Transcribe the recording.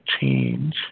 change